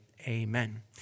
amen